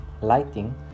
lighting